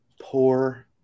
poor